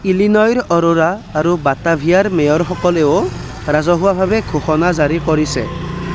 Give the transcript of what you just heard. ইলিনয়ৰ Aurora আৰু বাটাভিয়াৰ মেয়ৰসকলেও ৰাজহুৱাভাৱে ঘোষণা জাৰি কৰিছে